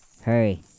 Hurry